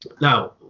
Now